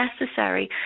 necessary